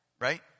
right